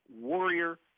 warrior